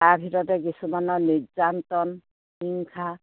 তাৰ ভিতৰতে কিছুমানৰ নিৰ্যাতন হিংসা